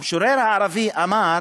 המשורר הערבי אמר: